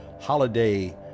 holiday